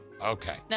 Okay